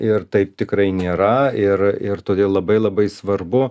ir taip tikrai nėra ir ir todėl labai labai svarbu